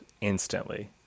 instantly